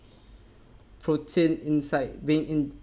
protein inside being in